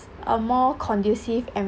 a more conducive